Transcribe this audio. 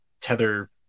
tether